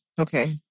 Okay